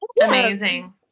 amazing